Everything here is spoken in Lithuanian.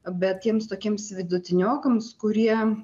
bet tiems tokiems vidutiniokams kurie